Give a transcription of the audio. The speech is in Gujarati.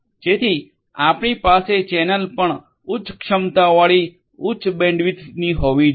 જેથી આપણી પાસે ચેનલ પણ ઉચ્ચ ક્ષમતાવાળી ઉચ્ચ બેન્ડવિડ્થની હોવી જોઈએ